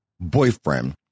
boyfriend